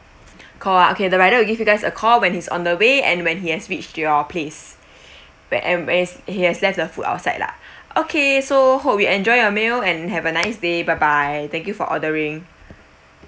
call ah okay the rider will give you guys a call when he's on the way and when he has reached your place and when he has left the food outside lah okay so hope you enjoy your meal and have a nice day bye bye thank you for ordering